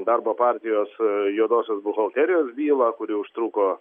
darbo partijos juodosios buhalterijos bylą kuri užtruko